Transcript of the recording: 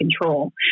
control